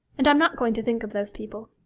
and i'm not going to think of those people.